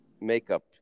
makeup